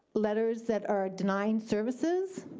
letters that are denying services,